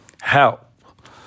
help